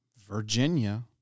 Virginia